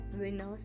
winners